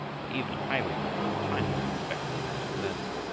for even a highwayman in china respects a man of learning.